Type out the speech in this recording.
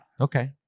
Okay